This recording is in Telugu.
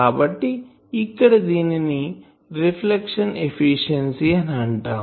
కాబట్టి ఇక్కడ దీనిని రిఫ్లెక్షన్ ఎఫిషియన్సీ అని అంటాం